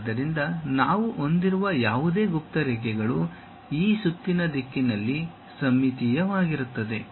ಆದ್ದರಿಂದ ನಾವು ಹೊಂದಿರುವ ಯಾವುದೇ ಗುಪ್ತ ರೇಖೆಗಳು ಈ ಸುತ್ತಿನ ದಿಕ್ಕಿನಲ್ಲಿ ಸಮ್ಮಿತೀಯವಾಗಿರುತ್ತದೆ